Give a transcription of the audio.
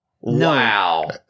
Wow